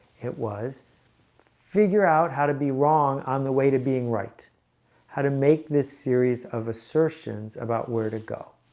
it was figure out how to be wrong on the way to being right how to make this series of assertions about where to go.